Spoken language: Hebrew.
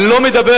אני לא מדבר,